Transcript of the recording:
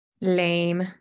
Lame